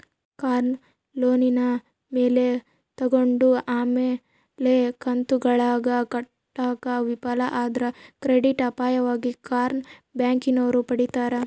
ಕಾರ್ನ ಲೋನಿನ ಮ್ಯಾಲೆ ತಗಂಡು ಆಮೇಲೆ ಕಂತುಗುಳ್ನ ಕಟ್ಟಾಕ ವಿಫಲ ಆದ್ರ ಕ್ರೆಡಿಟ್ ಅಪಾಯವಾಗಿ ಕಾರ್ನ ಬ್ಯಾಂಕಿನೋರು ಪಡೀತಾರ